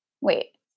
wait